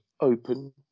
open